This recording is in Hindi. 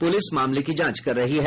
पुलिस मामले की जांच कर रही है